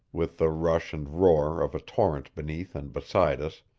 with the rush and roar of a torrent beneath and beside us,